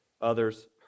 others